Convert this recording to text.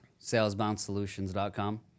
salesboundsolutions.com